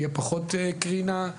יהיה פחות קרינה.